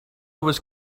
was